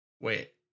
Wait